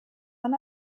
man